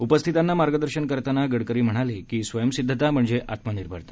उपस्थितांना मार्गदर्शन करताना गडकरी म्हणाले की स्वयंसिद्धता म्हणजे आत्मनिर्भरता